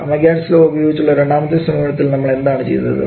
അമഗ്യാറ്റ്സ്സ് law ഉപയോഗിച്ചുള്ള രണ്ടാമത്തെ സമീപനത്തിൽ നമ്മൾ എന്താണ് ചെയ്തത്